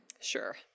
Sure